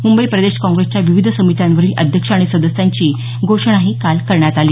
मुंबई प्रदेश काँग्रेसच्या विविध समित्यांवरील अध्यक्ष आणि सदस्यांची घोषणाही काल करण्यात आली